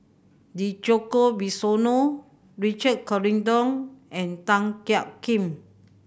Djoko Wibisono Richard Corridon and Tan Jiak Kim